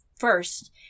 First